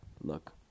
Look